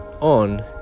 on